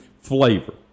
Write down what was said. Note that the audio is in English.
flavor